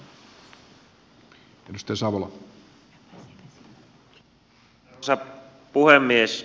arvoisa puhemies